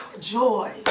joy